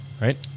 right